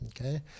Okay